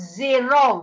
zero